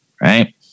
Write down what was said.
right